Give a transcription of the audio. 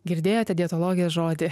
girdėjote dietologės žodį